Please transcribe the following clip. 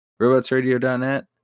robotsradio.net